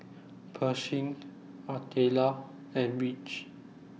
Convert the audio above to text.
Pershing Artelia and Ridge